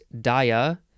Dia